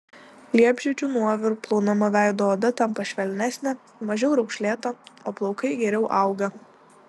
liepžiedžių nuoviru plaunama veido oda tampa švelnesnė mažiau raukšlėta o plaukai geriau auga